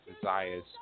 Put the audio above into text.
desires